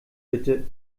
bitte